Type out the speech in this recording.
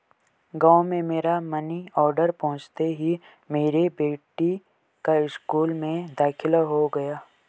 गांव में मेरा मनी ऑर्डर पहुंचते ही मेरी बेटी का स्कूल में दाखिला हो गया